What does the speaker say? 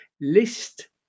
list